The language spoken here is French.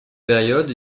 période